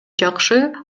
жакшы